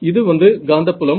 இது வந்து காந்தப்புலம்